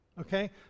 okay